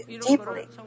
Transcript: deeply